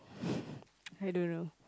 I don't know